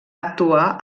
actuar